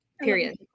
Period